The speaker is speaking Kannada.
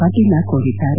ಪಾಟೀಲ ಕೋರಿದ್ದಾರೆ